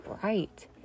bright